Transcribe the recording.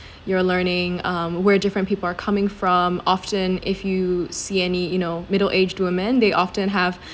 you're learning um where different people are coming from often if you see any you know middle aged women they often have